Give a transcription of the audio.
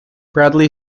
bradley